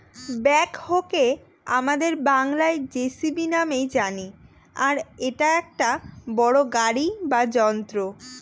ব্যাকহোকে আমাদের বাংলায় যেসিবি নামেই জানি আর এটা একটা বড়ো গাড়ি বা যন্ত্র